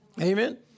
Amen